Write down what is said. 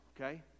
okay